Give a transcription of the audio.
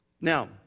Now